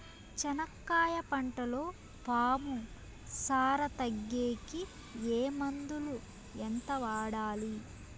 చెనక్కాయ పంటలో పాము సార తగ్గేకి ఏ మందులు? ఎంత వాడాలి?